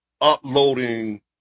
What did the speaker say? uploading